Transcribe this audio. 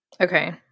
Okay